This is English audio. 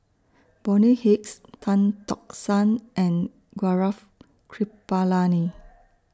Bonny Hicks Tan Tock San and Gaurav Kripalani